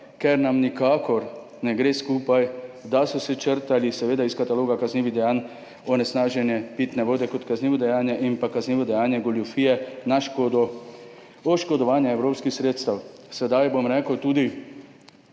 ker nam nikakor ne gre skupaj, da sta se črtala iz kataloga kaznivih dejanj onesnaženje pitne vode kot kaznivo dejanje in kaznivo dejanje goljufije na škodo, oškodovanje evropskih sredstev. Evropski denar je tudi